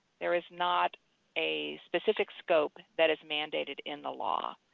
there is not a specific scope that is mandated in the law.